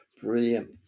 Brilliant